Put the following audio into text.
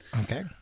Okay